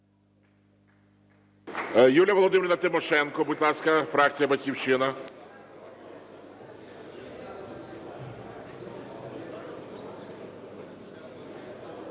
Юлія Володимирівна Тимошенко, будь ласка, фракція "Батьківщина".